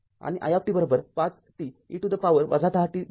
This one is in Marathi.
०१ हेनरी आणि i५ t e to the power १० t दिले आहे